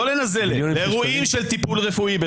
לא לנזלת, לאירועים של טיפול רפואי.